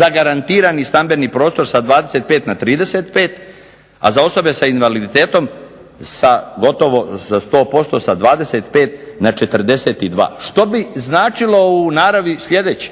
zagarantirani stambeni prostor sa 25 na 35,a za osobe s invaliditetom sa gotovo 100% sa 25 na 42. Što bi značilo u naravi sljedeće: